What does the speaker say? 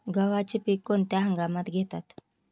गव्हाचे पीक कोणत्या हंगामात घेतात?